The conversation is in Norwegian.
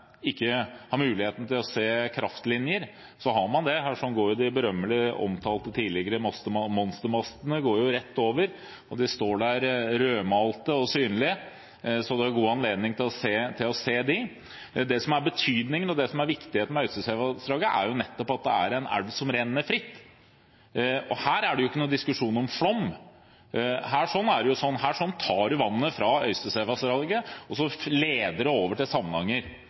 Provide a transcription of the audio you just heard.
ikke har muligheten til å se kraftlinjer, så har man det. Her går jo de berømmelige tidligere omtalte monstermastene rett over. De står der rødmalte og synlige, så det er god anledning til å se dem. Det som er viktig med Øystesevassdraget, er jo nettopp at det er en elv som renner fritt. Her er det heller ikke noen diskusjon om flom. Her tar man vannet fra Øystesevassdraget og leder det over til Samnanger. Det er klart at det gir store endringer i hele vassdraget. Det er også